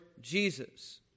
Jesus